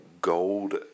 gold